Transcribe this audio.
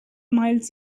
miles